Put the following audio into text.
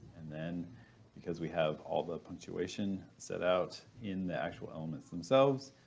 and then because we have all the punctuation set out in the actual elements themselves,